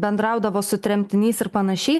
bendraudavo su tremtiniais ir panašiai